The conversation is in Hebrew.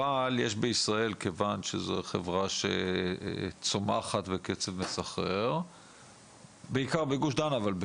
אבל כיוון שזו חברה שצומחת בקצב מסחרר --- בעיקר בגוש דן אבל.